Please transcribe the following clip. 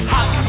Hot